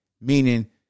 meaning